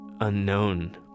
unknown